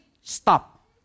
stop